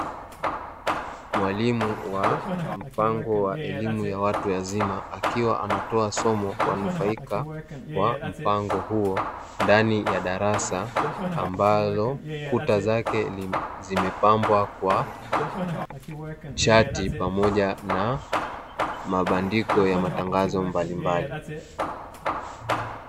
Mwalimu wa mpango wa elimu ya watu wazima akiwa anatoa somo kwa wanufaika wa mpango huo ndani ya darasa, ambalo kuta zake zimepambwa kwa chati pamoja na mabandiko ya matangazo mbalimbali.